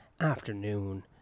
afternoon